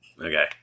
Okay